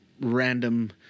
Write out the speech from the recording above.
random